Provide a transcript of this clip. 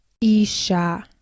isha